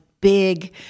big